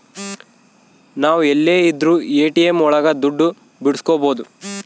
ನಾವ್ ಎಲ್ಲೆ ಇದ್ರೂ ಎ.ಟಿ.ಎಂ ಒಳಗ ದುಡ್ಡು ಬಿಡ್ಸ್ಕೊಬೋದು